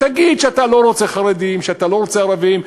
תגיד שאתה לא רוצה חרדים, שאתה לא רוצה ערבים.